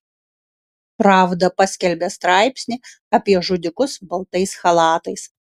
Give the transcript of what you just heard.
pravda paskelbė straipsnį apie žudikus baltais chalatais